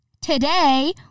Today